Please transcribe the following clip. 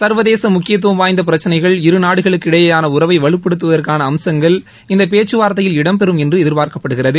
சர்வதேச முக்கியத்துவம் வாய்ந்த பிரச்சினைகள் இருநாடுகளுக்கு இடையேயான உறவை வலுப்படுத்துவதற்கான அம்சங்கள் இந்தப் பேச்சுவார்த்தையில் இடம்பெறும் என்று எதிர்பார்க்கப்படுகிறது